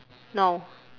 no